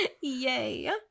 Yay